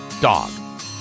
dog